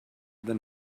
than